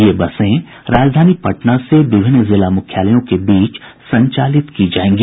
ये बसें राजधानी पटना से विभिन्न जिला मुख्यालयों के बीच संचालित की जायेगी